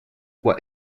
what